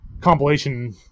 compilation